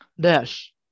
Dash